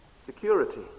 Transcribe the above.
security